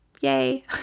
Yay